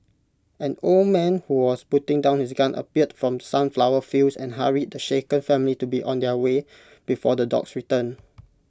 an old man who was putting down his gun appeared from the sunflower fields and hurried the shaken family to be on their way before the dogs return